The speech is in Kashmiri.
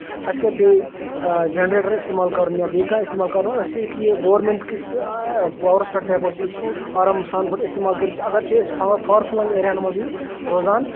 اَسہِ کر پیٚیہِ جنریٹر اِستعمال کَرُن یا بیٚیہِ کانٛہہ اِستعمال کَرُن اَسہِ چھِ یہِ کہِ گورمینٛٹ کِس پاورَس پٮ۪ٹھ تہِ ہٮ۪کو أسۍ یہِ آرام سان پٲٹھۍ اِستعمال کٔرِتھ اَگرچہِ أسۍ فارفٔلنگ ایریاہَن منٛزٕے روزان